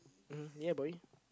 um hmm ya boy